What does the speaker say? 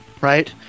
right